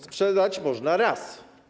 Sprzedać można raz.